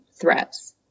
threats